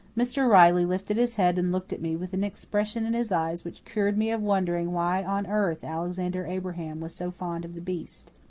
mr. riley lifted his head and looked at me with an expression in his eyes which cured me of wondering why on earth alexander abraham was so fond of the beast.